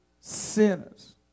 sinners